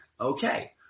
Okay